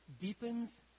deepens